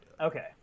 okay